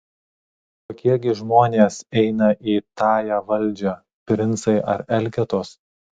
kokie gi žmonės eina į tąją valdžią princai ar elgetos